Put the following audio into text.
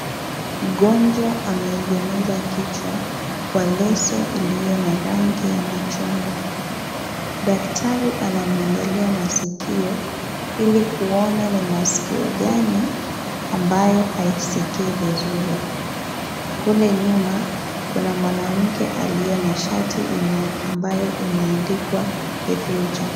Mgonjwa ameegemeza kichwa kwa leso iliyo na rangi ya machungwa, daktari anamwangalia masikio ili kuona ni maskio gani ambayo haisikii vizuri. Kule nyuma kuna mwanamke aliyo na shati ambayo imeandikwa the future.